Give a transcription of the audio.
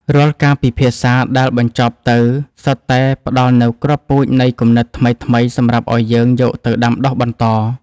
រាល់ការពិភាក្សាដែលបញ្ចប់ទៅ សុទ្ធតែផ្ដល់នូវគ្រាប់ពូជនៃគំនិតថ្មីៗសម្រាប់ឱ្យយើងយកទៅដាំដុះបន្ត។